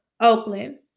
Oakland